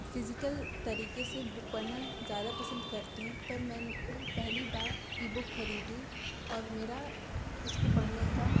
physical तरीके से book पढ़ना ज़्यादा पसंद करती हूँ पर मैंने पहली बार इ बुक खरीदी और मेरा इसको पढ़ने का